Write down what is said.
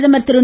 பிரதமர் திரு